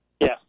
Yes